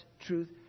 truth